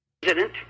President